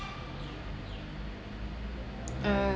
uh